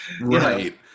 right